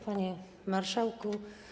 Panie Marszałku!